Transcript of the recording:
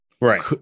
Right